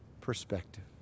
perspective